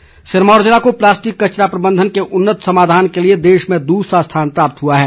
सम्मान सिरमौर ज़िले को प्लास्टिक कचरा प्रबंधन के उन्नत समाधान के लिए देश में दूसरा स्थान प्राप्त हुआ है